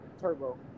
turbo